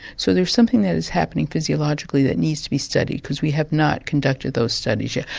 so there's something that is happening physiologically that needs to be studied because we have not conducted those studies yet.